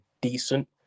decent